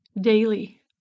daily